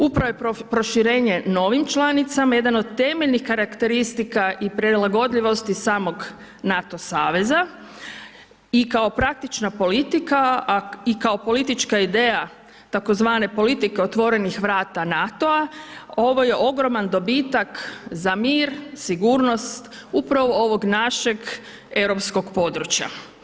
Upravo je proširenje novim članicama, jedan od temeljnih karakteristika i prilagodljivosti samog NATO saveza i kao praktična politika i kao politička ideja tzv. politike otvorenih vrata NATO-a, ovo je ogroman dobitak za mir, sigurnost, upravo ovog našeg europskog područja.